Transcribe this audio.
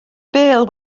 bêl